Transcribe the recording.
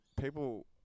people